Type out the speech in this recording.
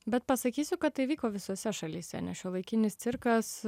bet pasakysiu kad tai vyko visose šalyse nes šiuolaikinis cirkas